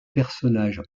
personnage